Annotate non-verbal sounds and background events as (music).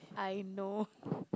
I know (noise)